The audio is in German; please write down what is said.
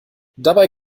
dabei